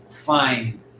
find